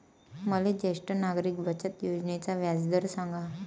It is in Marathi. मले ज्येष्ठ नागरिक बचत योजनेचा व्याजदर सांगा